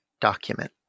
document